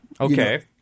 okay